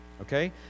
Okay